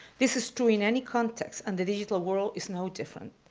this is true in any context, and the digital world is no different.